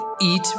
Eat